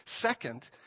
Second